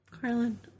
Carlin